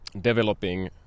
developing